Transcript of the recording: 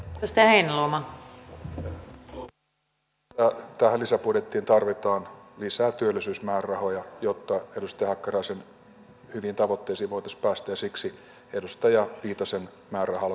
totean lopuksi että tähän lisäbudjettiin tarvitaan lisää työllisyysmäärärahoja jotta edustaja hakkaraisen hyviin tavoitteisiin voitaisiin päästä ja siksi edustaja viitasen määräraha aloite kannattaa hyväksyä